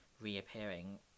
reappearing